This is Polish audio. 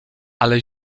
ale